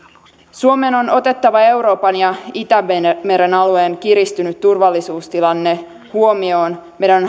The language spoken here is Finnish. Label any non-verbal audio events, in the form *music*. suomen on otettava euroopan ja itämeren alueen kiristynyt turvallisuustilanne huomioon meidän *unintelligible*